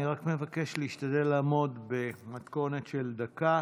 אני רק מבקש להשתדל לעמוד במתכונת של דקה.